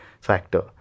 factor